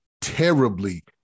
terribly